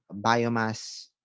biomass